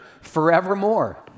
forevermore